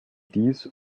dies